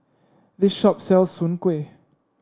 this shop sells Soon Kway